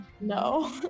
no